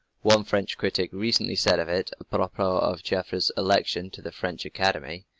one french critic recently said of it, apropos of joffre's election to the french academy,